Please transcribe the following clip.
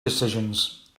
decisions